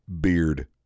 beard